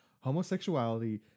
homosexuality